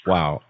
Wow